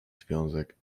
związek